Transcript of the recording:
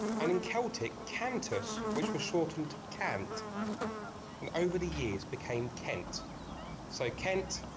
and in celtic, cantus which was shortened to cant and over the years became kent so kent,